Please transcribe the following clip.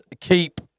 keep